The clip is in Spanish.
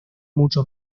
mucho